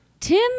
Tim